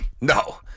No